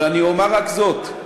אבל אני אומר רק זאת: